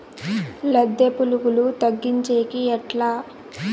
లద్దె పులుగులు తగ్గించేకి ఎట్లా?